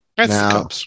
Now